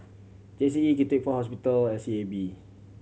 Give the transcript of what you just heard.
G C E KTPH hospital S E A B